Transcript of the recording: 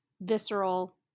visceral